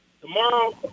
tomorrow